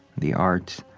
the arts,